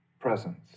presence